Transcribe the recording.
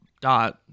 dot